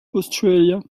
australia